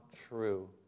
true